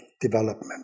development